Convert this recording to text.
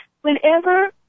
whenever